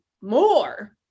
more